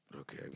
Okay